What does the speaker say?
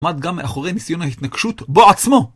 עמד גם מאחורי ניסיון ההתנגשות בו עצמו.